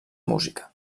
música